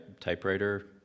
typewriter